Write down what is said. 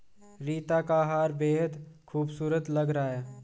रीता का हार बेहद खूबसूरत लग रहा है